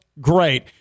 great